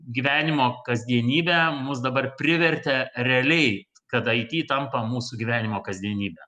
gyvenimo kasdienybę mus dabar privertė realiai kad it tampa mūsų gyvenimo kasdienybe